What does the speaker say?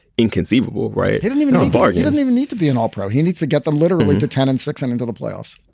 inconceivable right. he don't even some bargain didn't even need to be an all pro. he needs to get them literally to ten and six and into the playoffs.